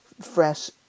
fresh